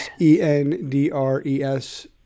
e-n-d-r-e-s